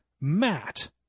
Matt